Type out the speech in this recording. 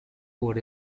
por